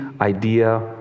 idea